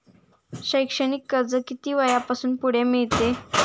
शैक्षणिक कर्ज किती वयापासून पुढे मिळते?